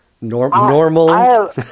normal